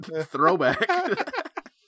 Throwback